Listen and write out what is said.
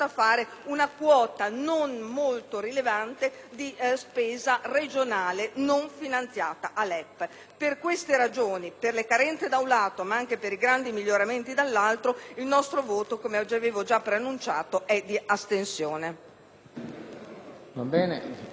Per queste ragioni, ovvero per le carenze, da un lato, ma anche per i grandi miglioramenti, dall'altro, il nostro voto - come avevo preannunciato - è di astensione.